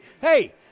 Hey